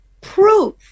proof